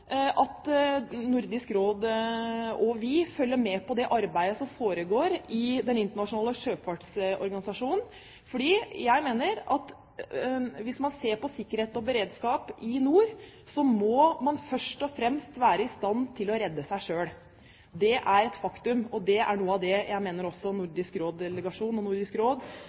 mener at hvis man ser på sikkerhet og beredskap i nord, må man først og fremst være i stand til å redde seg selv. Det er et faktum, og det er noe av det jeg mener også Nordisk Råds delegasjon og Nordisk Råd